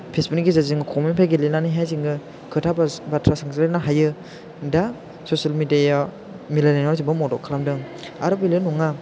फेसबुकनि गेजेरजों कमेन्टफोर गेलेनानैहाय जोङो खोथा बा बाथ्रा सोंज्लायनो हायो दा ससियेल मिडियाया मिलायनायाव जोबोद मदद खालामदों आरो बेल' नङा